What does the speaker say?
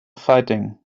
fighting